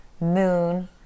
moon